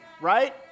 right